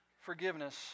forgiveness